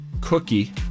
cookie